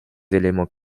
éléments